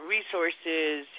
Resources